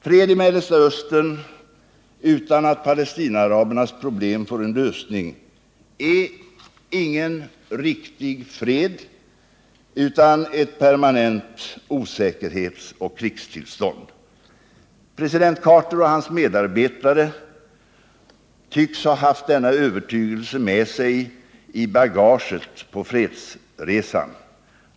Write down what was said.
Fred i Mellersta Östern utan att Palestinaarabernas problem får en lösning är ingen riktig fred utan innebär ett permanent osäkerhetsoch krigstillstånd. President Carter och hans medarbetare tycks ha haft denna övertygelse med sig i bagaget på fredsresan.